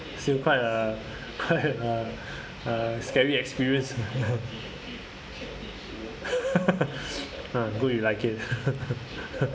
still quite a quite a a scary experience good you like it